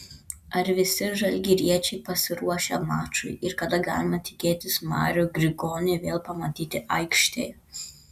ar visi žalgiriečiai pasiruošę mačui ir kada galima tikėtis marių grigonį vėl pamatyti aikštėje